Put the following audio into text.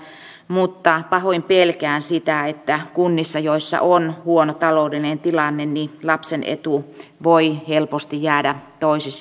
mutta pahoin pelkään sitä että kunnissa joissa on huono taloudellinen tilanne lapsen etu voi helposti jäädä